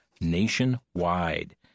nationwide